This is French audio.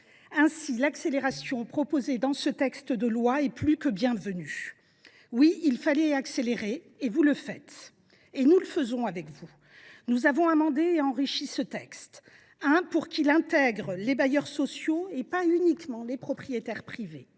Aussi, l’accélération proposée dans ce projet de loi est plus que bienvenue. Oui, il fallait accélérer ; vous le faites, nous le faisons avec vous. Nous avons amendé et enrichi ce texte, pour qu’il intègre les bailleurs sociaux et pas uniquement les propriétaires privés,